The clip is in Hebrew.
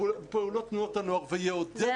ופעולות תנועות הנוער ויעודד אותם לפעילות